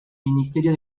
ministerio